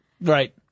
Right